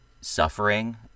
suffering